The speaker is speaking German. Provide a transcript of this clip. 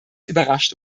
überrascht